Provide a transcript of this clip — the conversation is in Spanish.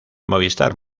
movistar